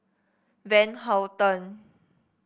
Van Houten